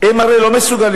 לרשויות